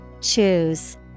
Choose